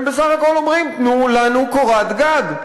הם בסך הכול אומרים: תנו לנו קורת גג,